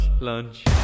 lunch